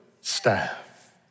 Staff